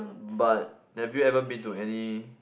but have you ever been to any